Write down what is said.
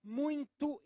muito